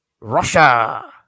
Russia